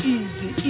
Easy